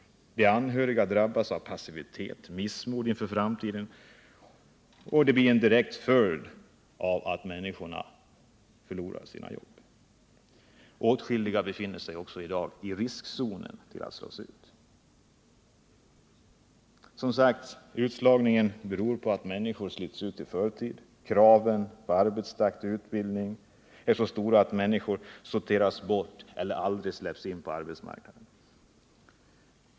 Också de anhöriga drabbas av passivitet och missmod inför framtiden som en direkt följd av att människor förlorar sina jobb. Åtskilliga befinner sig i dag också i riskzonen till att slås ut. Utslagningen beror som sagt på att människor slits ut i förtid. Kraven på arbetstakt och utbildning är så stora att människor sorteras bort eller aldrig släpps in på arbetsmarknaden.